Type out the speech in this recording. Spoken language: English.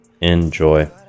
enjoy